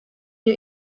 new